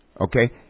okay